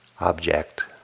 object